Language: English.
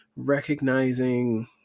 recognizing